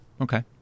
Okay